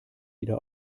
wieder